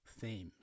themes